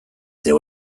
there